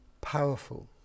powerful